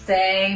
Say